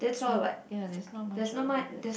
mm ya there's not much of a difference